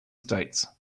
states